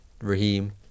Raheem